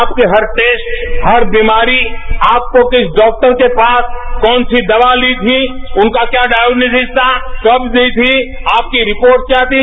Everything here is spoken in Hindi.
आपके हर टेस्ट हर बीमारी आपको किस डॉक्टर के पास कौन सी दवा ली थी उनका क्या खयन्नोजिज था कव दी थी आपकी रिपोर्ट क्या थी